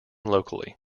locally